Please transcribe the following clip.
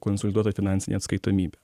konsoliduotą finansinę atskaitomybę